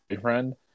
friend